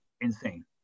insane